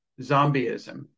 zombieism